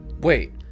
Wait